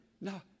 no